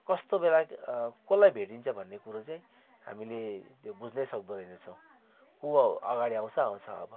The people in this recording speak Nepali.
कस्तो बेला कसलाई भेटिन्छ भन्ने कुरो चाहिँ हामी त्यो बुझ्नैसक्दो रहेनछौँ को अगाडि आउँछ आउँछ अब